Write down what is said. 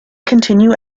continue